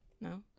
No